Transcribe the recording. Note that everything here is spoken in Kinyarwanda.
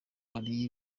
wariye